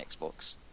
Xbox